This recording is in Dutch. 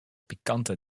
pikante